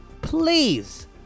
please